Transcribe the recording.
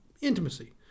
intimacy